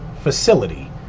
facility